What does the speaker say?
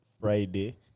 Friday